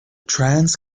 trans